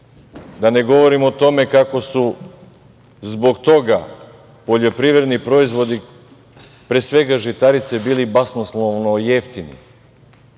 da ne govorim o tome kako su zbog toga poljoprivredni proizvodi, pre svega žitarice, bili basnoslovno jeftini,